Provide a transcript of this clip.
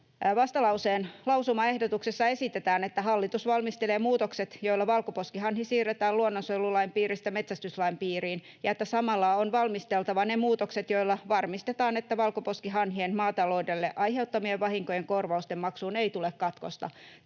Vastalauseen lausumaehdotuksessa esitetään, että hallitus valmistelee muutokset, joilla valkoposkihanhi siirretään luonnonsuojelulain piiristä metsästyslain piiriin, ja että samalla on valmisteltava ne muutokset, joilla varmistetaan, että valkoposkihanhien maataloudelle aiheuttamien vahinkojen korvausten maksuun ei tule katkosta.